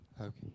Okay